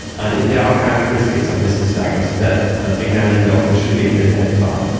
and there are characteristics of this nystagmus that ah examining doctors should be able to identify,